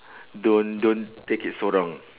don't don't take it so wrong